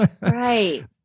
Right